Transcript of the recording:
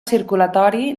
circulatori